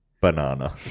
Banana